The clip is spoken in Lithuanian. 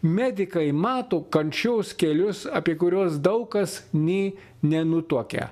medikai mato kančios kelius apie kuriuos daug kas nė nenutuokia